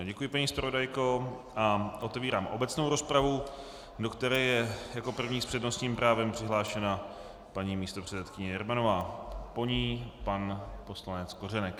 Já děkuji, paní zpravodajko, a otevírám obecnou rozpravu, do které je jako první s přednostním právem přihlášena paní místopředsedkyně Jermanová, po ní pan poslanec Kořenek.